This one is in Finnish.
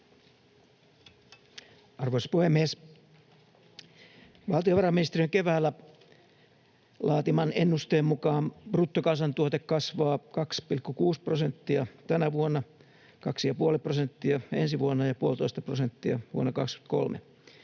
Arvoisa puhemies! Valtiovarainministeriön keväällä laatiman ennusteen mukaan bruttokansantuote kasvaa 2,6 prosenttia tänä vuonna, kaksi ja puoli prosenttia ensi vuonna ja puolitoista prosenttia vuonna 23.